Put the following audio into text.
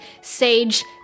Sage